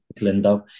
Lindo